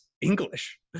English